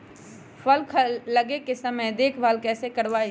फल लगे के समय देखभाल कैसे करवाई?